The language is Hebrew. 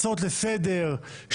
הצעות לסדר-היום,